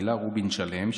הילה רובין שלם,